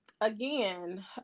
again